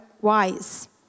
wise